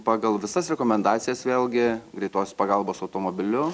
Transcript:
pagal visas rekomendacijas vėlgi greitosios pagalbos automobiliu